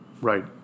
Right